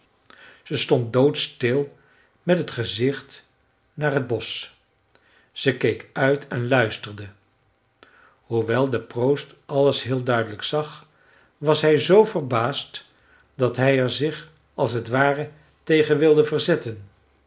ze stond doodstil met het gezicht naar het bosch ze keek uit en luisterde hoewel de proost alles heel duidelijk zag was hij zoo verbaasd dat hij er zich als t ware tegen wilde verzetten